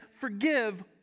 forgive